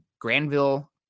Granville